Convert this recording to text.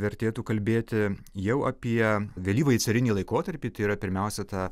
vertėtų kalbėti jau apie vėlyvąjį carinį laikotarpį tai yra pirmiausia tą